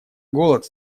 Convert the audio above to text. голод